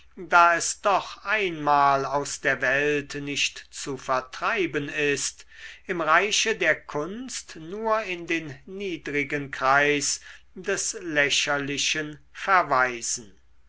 da es doch einmal aus der welt nicht zu vertreiben ist im reiche der kunst nur in den niedrigen kreis des lächerlichen verweisen